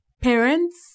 parents